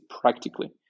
practically